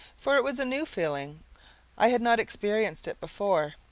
for it was a new feeling i had not experienced it before,